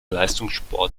leistungssport